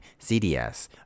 CDS